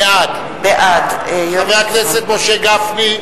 בעד חבר הכנסת משה גפני?